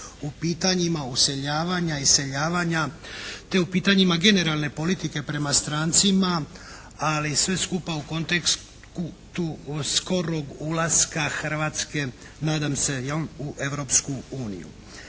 u pitanjima useljavanja, iseljavanja te u pitanjima generalne politike prema strancima, ali sve skupa u kontekstu skorog ulaska Hrvatske, nadam se jel', u Europsku uniju.